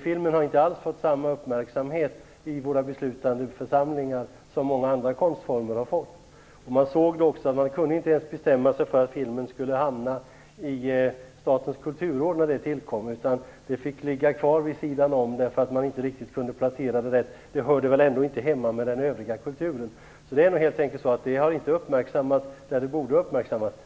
Filmen har inte alls fått samma uppmärksamhet i våra beslutande församlingar som många andra konstformer har fått. Man kunde inte ens bestämma sig för att filmen skulle hamna i Statens kulturråd när det tillkom. Den fick ligga kvar vid sidan om därför att man inte riktigt kunde placera den rätt. Den hörde väl ändå inte hemma med den övriga kulturen. Det är helt enkelt så att den har inte uppmärksammats där den borde uppmärksammats.